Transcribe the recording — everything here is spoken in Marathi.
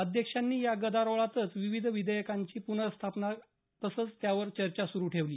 अध्यक्षांनी या गदारोळातच विविध विधेयकांची प्नर्स्थापना तसंच त्यावर चर्चा सुरू ठेवली